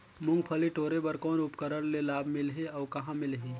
मुंगफली टोरे बर कौन उपकरण ले लाभ मिलही अउ कहाँ मिलही?